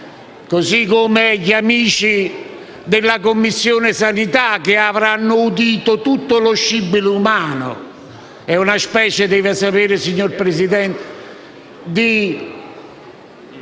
così come gli amici della Commissione sanità, che avranno udito tutto lo scibile umano. Deve sapere infatti, signor Presidente, che